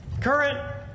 current